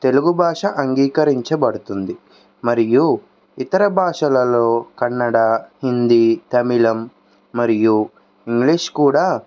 తెలుగు భాష అంగీకరించబడుతుంది మరియు ఇతర భాషలలో కన్నడ హిందీ తమిళం మరియు ఇంగ్లీష్ కూడా